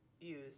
use